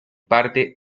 parte